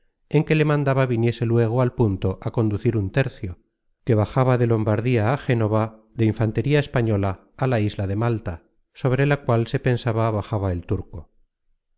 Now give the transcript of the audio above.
en que le mandaba viniese luego al punto á conducir un tercio que bajaba de lombardía á génova de infantería española á la isla de malta sobre la cual se pensaba bajaba el turco